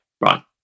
right